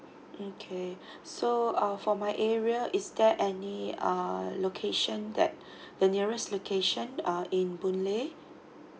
okay so uh for my area is there any uh location that the nearest location uh in boon lay